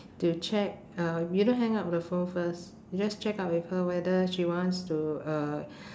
to check uh you don't hang up the phone first you just check up with her whether she wants to uh